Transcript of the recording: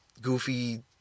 goofy